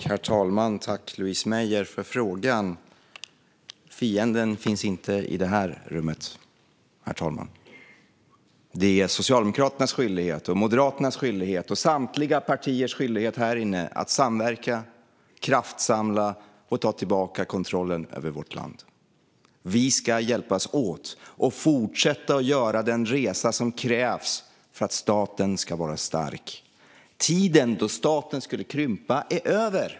Herr talman! Tack, Louise Meijer, för frågan! Fienden finns inte i det här rummet, herr talman. Det är Socialdemokraternas skyldighet, Moderaternas skyldighet och samtliga partiers skyldighet att samverka, kraftsamla och ta tillbaka kontrollen över vårt land. Vi ska hjälpas åt och fortsätta att göra den resa som krävs för att staten ska vara stark. Tiden då staten skulle krympa är över.